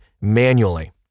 manually